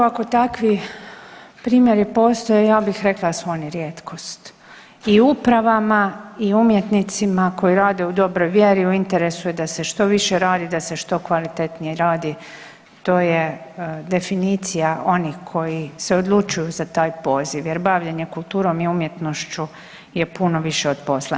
Ako takvi primjeri postoje, ja bih rekla da su oni rijetkost i upravama i umjetnicima koji rade u dobroj vjeri i u interesu je da se što više radi, da se što kvalitetnije radi i to je definicija onih koji se odlučuju za taj poziv jer bavljenje kulturom i umjetnošću je puno više od posla.